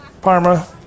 Parma